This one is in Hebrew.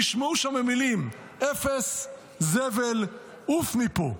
נשמעו שם המילים "אפס", "זבל", "עוף מפה".